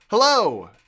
Hello